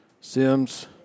Sims